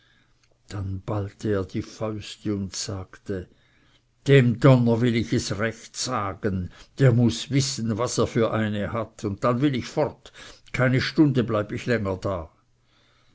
dann ballte er die fäuste und sagte dem donner will ich es recht sagen der muß wissen was für eine er hat und dann will ich fort keine stunde bleibe ich länger da